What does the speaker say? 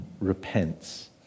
repents